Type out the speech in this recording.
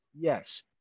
yes